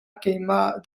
keimah